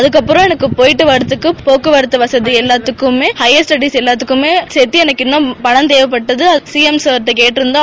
அதுக்கப்புறம் எளக்கு போயிட்டு வரதுக்கு போக்குவரத்து வசதி எல்லாத்துக்குமே எஹயர் ஸ்டெடிஸ் எல்லாத்துக்குமே சேர்த்து எனக்கு இன்னும் பணம் தேவைப்படுது சிளம் சார் கிட்ட கேட்டிருந்தோம்